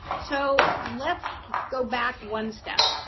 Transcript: so let's go back one step.